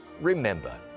remember